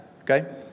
okay